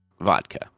vodka